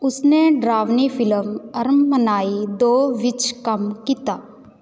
ਉਸ ਨੇ ਡਰਾਵਣੀ ਫ਼ਿਲਮ ਅਰਨਮਨਾਈ ਦੋ ਵਿੱਚ ਕੰਮ ਕੀਤਾ